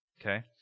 Okay